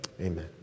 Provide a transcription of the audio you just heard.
amen